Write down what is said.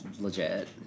legit